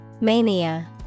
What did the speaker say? Mania